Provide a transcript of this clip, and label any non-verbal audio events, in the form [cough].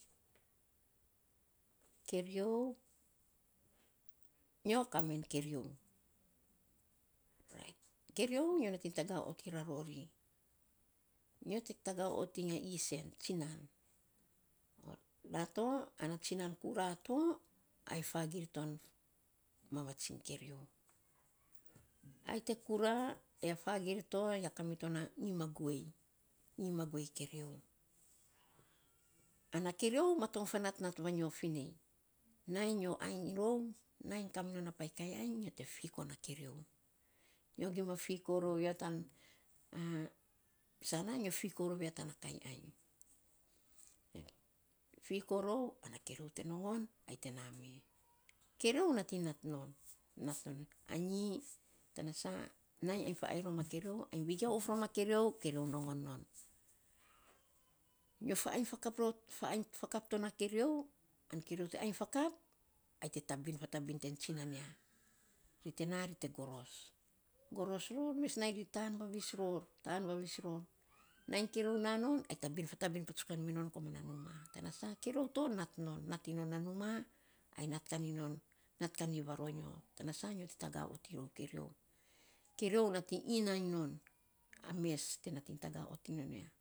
[noise] keriou. nyo kamen keriou. [hesitation] keriou nyo nating taga otiny ra ro ri nyo te taga ot iny ya isen tsinan. [hesitation] na to ana tsinan kura to ai fagirr ton mamatsiny keriou. [noise] ai te kura ai fagirr to, ai ka mito na ngim a guei. Ngim a guei keriou. Ana keriou matong fanatnoit vangio finei, nainy nyo ainy rou. Nainy kamirou a painy kainy ainy nyo te fiko na keriou. Nyo gima fiko rou ya tan [hesitation] sana nyo fiko rou ya tana kainy ainy. Fiko rou ana keriou te nongon ate na me. Keriou nating nat non, nat non anyi tana sa. Nainy ainy fa ainy rom a keriou, ainy vigiau of rom a keriou, keriou nongon non. Nyo fa ainy to na kerion, keriou ainy fakap ai te te tabin fatabin ten tsinan ya. [noise] ri te na, ri te goros. Goros ror mes nainy ri tan vavis ror, tan vavis ror [noise] nainy keriou na non, ai tabin patsukan mi non komana numa. Tana sa, keriou to nat non. Nating non a numa ai nating non [hesitation] nat kainy va ro nyo, tana sa nyo te taga oting rou a keriou. Keriou nating inamy non a mes te nating tagoi ot iny non ya.